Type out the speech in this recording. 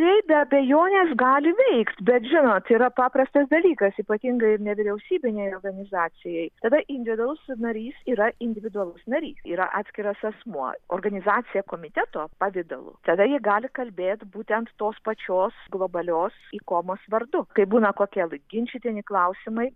taip be abejonės gali veikt bet žinot yra paprastas dalykas ypatingai nevyriausybinėj organizacijoj tada individualus narys yra individualus narys yra atskiras asmuo organizacija komiteto pavidalu tada ji gali kalbėt būtent tos pačios globalios ikomos vardu kai būna kokie tai ginčytini klausimai